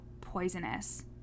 poisonous